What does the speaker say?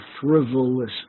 frivolous